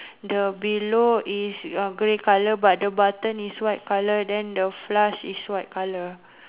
the below is uh grey colour but the button is white colour then the flask is white colour